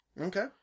Okay